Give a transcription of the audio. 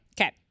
Okay